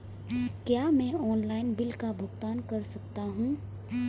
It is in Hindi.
क्या मैं ऑनलाइन बिल का भुगतान कर सकता हूँ?